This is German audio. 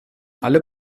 alle